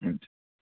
हुन्छ